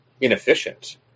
inefficient